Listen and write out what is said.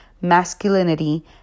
masculinity